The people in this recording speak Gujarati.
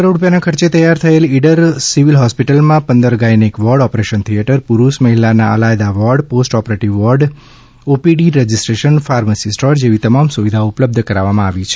બાર કરોડ ડુપિયાના ખર્ચે તૈયાર થયેલ ઇડર સિવિલ હોસ્પીટલમાં પંદર ગાયનેક વોર્ડ ઓપરેશન થીયેટર પુરૃષ મહિલા અલાયતા ward post operative ward lab department OPD registration pharmacy store જેવી તમામ સુવિધા ઉપલબ્ધ કરવામાં આવી છે